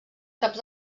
caps